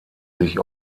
sich